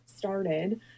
started